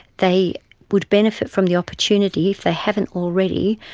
they would benefit from the opportunity, if they haven't already,